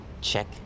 Check